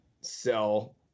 sell